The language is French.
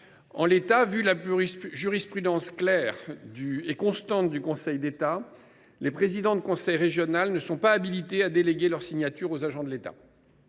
en l’état, au vu de la jurisprudence claire et constante du Conseil d’État, les présidents de conseil régional ne sont pas habilités à déléguer leur signature aux agents de l’État.